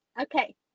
Okay